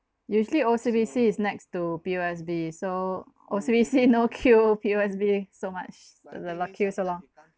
usually O_C_B_C is next to P_O_S_B so O_C_B_C no queue P_O_S_B so much lu~ lu~ luckiest lor